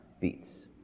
Beats